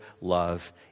love